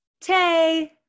Tay